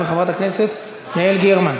חברת הכנסת יעל גרמן,